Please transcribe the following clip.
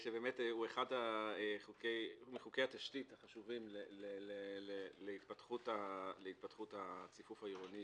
זה אחד מחוקי התשתית החשובים להתפתחות הציפוף העירוני